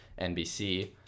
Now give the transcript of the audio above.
NBC